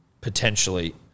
potentially